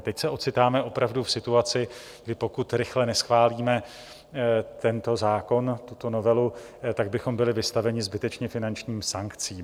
Teď se ocitáme opravdu v situaci, kdy pokud rychle neschválíme tento zákon, tuto novelu, tak bychom byli vystaveni zbytečně finančním sankcím.